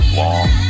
long